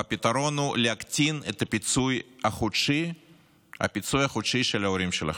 והפתרון הוא להקטין את הפיצוי החודשי של ההורים שלכם.